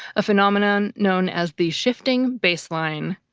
a phenomenon known as the shifting baseline.